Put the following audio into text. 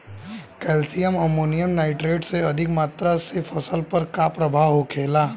Calcium ammonium nitrate के अधिक मात्रा से फसल पर का प्रभाव होखेला?